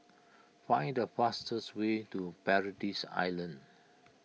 find the fastest way to Paradise Island